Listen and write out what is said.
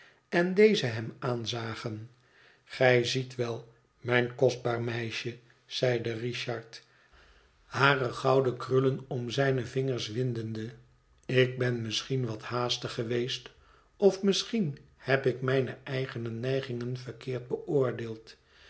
en deze hem aanzagen gij ziet wel mijn kostbaar meisje zeide richard hare gouden krullen om zijne vingers windende ik ben misschien wat haastig geweest of misschien heb ik mijne eigene neigingen verkeerd beoordeeld